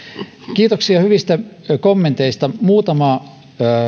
kiitoksia hyvistä kommenteista muutama